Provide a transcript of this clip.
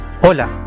Hola